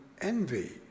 envy